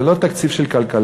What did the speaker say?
זה לא תקציב של כלכלה.